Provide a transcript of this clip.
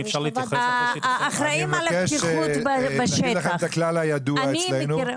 האחראים על הבטיחות בשטח, אני מכירה